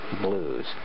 blues